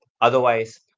Otherwise